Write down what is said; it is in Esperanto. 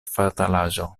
fatalaĵo